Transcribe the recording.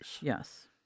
Yes